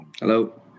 Hello